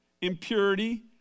impurity